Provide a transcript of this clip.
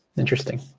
interesting.